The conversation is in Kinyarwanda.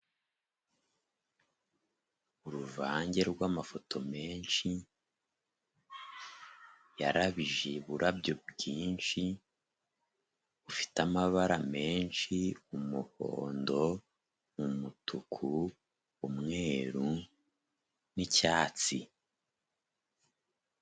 Uruvange rw'amafoto menshi, yarabije uburabyo bwinshi bufite amabara menshi, umuhondo umutuku umweru n'icyatsi.